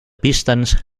pistons